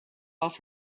off